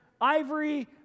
Ivory